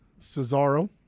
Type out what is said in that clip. Cesaro